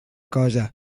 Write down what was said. cosa